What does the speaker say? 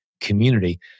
community